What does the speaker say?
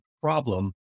problem